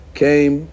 came